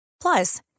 Plus